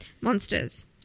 monsters